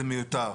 זה מיותר.